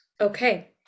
Okay